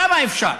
כמה אפשר?